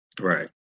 Right